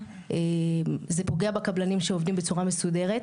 זה פוגע בקבלנים שעובדים בצורה מסודרת,